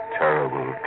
terrible